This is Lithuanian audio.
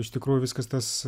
iš tikrųjų viskas tas